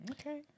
Okay